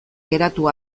geratu